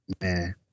Man